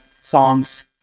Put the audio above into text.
songs